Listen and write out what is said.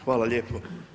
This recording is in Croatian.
Hvala lijepo.